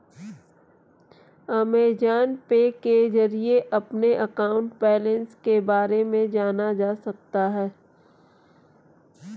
Amazon pay के जरिए अपने अकाउंट बैलेंस के बारे में जाना जा सकता है